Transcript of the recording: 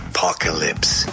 Apocalypse